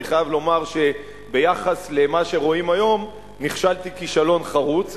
אני חייב לומר שביחס למה שרואים היום נכשלתי כישלון חרוץ.